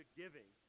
giving